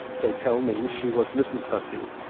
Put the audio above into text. they tell me she was mrs. hussey,